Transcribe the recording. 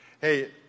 Hey